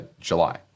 July